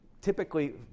typically